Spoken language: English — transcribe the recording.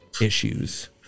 issues